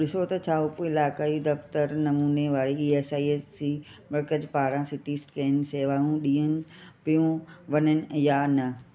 ॾिसो त छा उपइलाइक़ाई दफ़्तर नमूने वारे ई एस आई सी मर्कज़ पारां सीटी स्कैन सेवाऊं ॾियनि पियूं वञनि या न